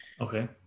Okay